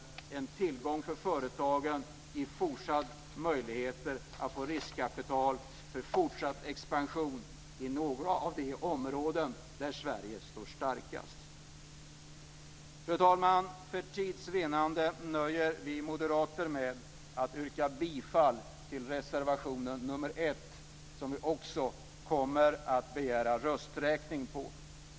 Det har varit en tillgång för företagen och gett möjligheter att få riskkapital för fortsatt expansion på några av de områden där Sverige står starkast. Fru talman! För tids vinnande nöjer vi moderater oss med att yrka bifall till reservation nr 1, som vi också kommer att begära rösträkning på.